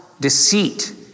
deceit